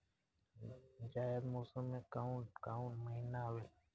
जायद मौसम में काउन काउन महीना आवेला?